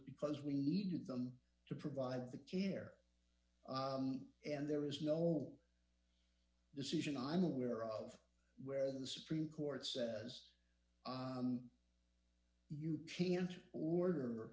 because we needed them to provide the care and there is no all decision i'm aware of where the supreme court says you can't order